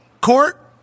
court